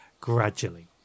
gradually